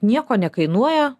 nieko nekainuoja